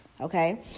Okay